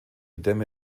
dämme